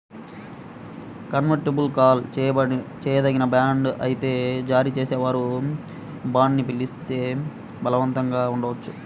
convertible call చేయదగిన bond అయితే జారీ చేసేవారు బాండ్ని పిలిస్తే బలవంతంగా ఉండవచ్చు